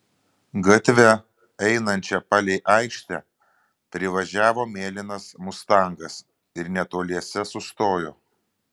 gatve einančia palei aikštę privažiavo mėlynas mustangas ir netoliese sustojo